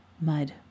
mud